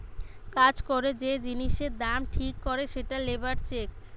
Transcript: কাজ করে যে জিনিসের দাম ঠিক করে সেটা লেবার চেক